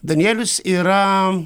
danielius yra